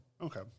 Okay